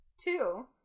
Two